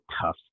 tough